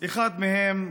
אחת מהן,